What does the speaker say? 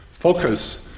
focus